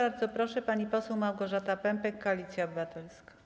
Bardzo proszę, pani poseł Małgorzata Pępek, Koalicja Obywatelska.